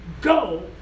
go